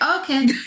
Okay